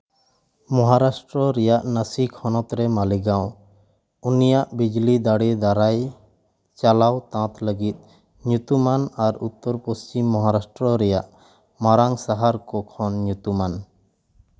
ᱢᱚᱦᱟᱨᱟᱥᱴᱨᱚ ᱨᱮᱱᱟᱜ ᱱᱟᱹᱥᱤᱠ ᱦᱚᱱᱚᱛ ᱨᱮ ᱢᱟᱞᱮᱜᱟᱣ ᱩᱱᱤᱭᱟᱜ ᱵᱤᱡᱽᱞᱤ ᱫᱟᱲᱮ ᱫᱟᱨᱟᱭ ᱪᱟᱞᱟᱣ ᱛᱟᱸᱛ ᱞᱟᱹᱜᱤᱫ ᱧᱩᱛᱩᱢᱟᱱ ᱟᱨ ᱩᱛᱛᱚᱨᱼᱯᱚᱥᱪᱤᱢ ᱢᱚᱦᱟᱨᱟᱥᱴᱨᱚ ᱠᱷᱚᱱ ᱢᱟᱨᱟᱝ ᱥᱟᱦᱟᱨ ᱠᱚ ᱠᱷᱚᱱ ᱧᱩᱛᱩᱢᱟᱱ